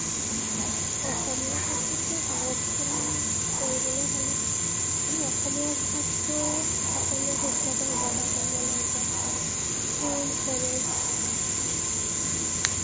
অসমীয়া ভাষাটো সংৰক্ষণ কৰিবলৈ হ'লে আমি অসমীয়া ভাষাটো সকলোৱে শুদ্ধকৈ ব্যৱহাৰ কৰিব লাগিব স্কুল কলেজ